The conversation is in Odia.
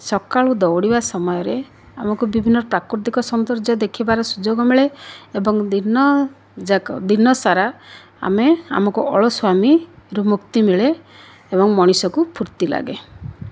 ସକାଳୁ ଦୌଡ଼ିବା ସମୟରେ ଆମକୁ ବିଭିନ୍ନ ପ୍ରାକୃତିକ ସୌନ୍ଦର୍ଜ୍ୟ ଦେଖିବାର ସୁଯୋଗ ମିଳେ ଏବଂ ଦିନ ଯାକ ଦିନସାରା ଆମେ ଆମକୁ ଅଳସୁଆମୀରୁ ମୁକ୍ତି ମିଳେ ଏବଂ ମଣିଷକୁ ଫୁର୍ତ୍ତୀ ଲାଗେ